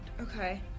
Okay